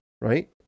right